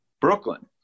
Brooklyn